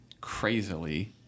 crazily